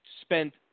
spent